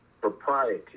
propriety